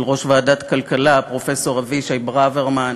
יושב-ראש ועדת הכלכלה פרופסור אבישי ברוורמן,